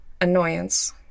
Annoyance